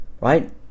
right